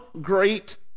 great